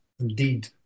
Indeed